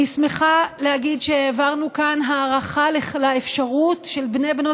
אני שמחה להגיד שהעברנו כאן הארכה לאפשרות של בני ובנות